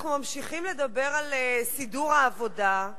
אנחנו ממשיכים לדבר על סידור העבודה,